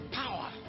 power